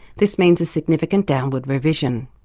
this means a significant downward revision.